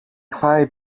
φάει